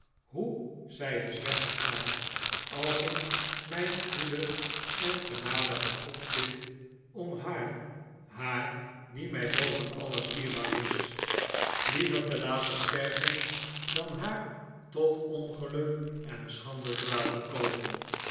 hoe zij is weggegaan als ik mijn goeden en genadigpn god bid om haar haar die mij boven alles dierbaar is